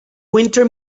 winter